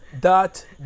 dot